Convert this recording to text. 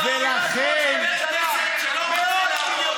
מאות מיליוני שקלים לחקירת ראש הממשלה.